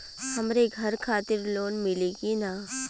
हमरे घर खातिर लोन मिली की ना?